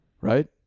Right